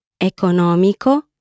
economico